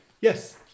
Yes